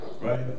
right